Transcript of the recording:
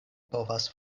povas